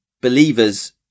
believers